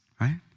right